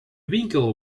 winkel